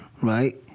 right